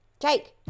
Jake